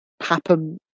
happen